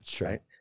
right